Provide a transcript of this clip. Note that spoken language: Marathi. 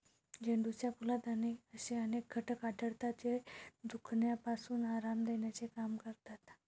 झेंडूच्या फुलात असे अनेक घटक आढळतात, जे दुखण्यापासून आराम देण्याचे काम करतात